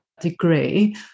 degree